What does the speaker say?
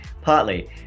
Partly